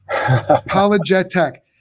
Apologetic